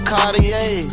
Cartier